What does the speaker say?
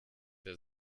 der